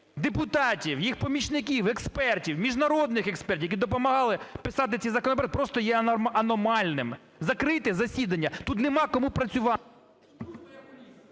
депутатів, їх помічників, експертів, міжнародних експертів, які допомагали писати ці законопроекти є просто аномальним! Закрийте засідання, тут немає кому працювати.